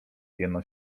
jeno